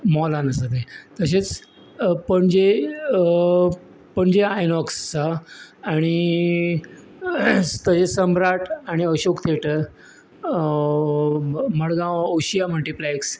मॉलांत आसा तें तशेंच पणजे पणजे आयनॉक्स आहा आनी तशेंच सम्राट आनी अशोक थिएटर मडगांव ओशीया मल्टीप्लॅक्स